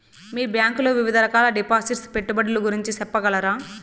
మీ bank లో వివిధ రకాల డిపాసిట్స్, పెట్టుబడుల గురించి సెప్పగలరా?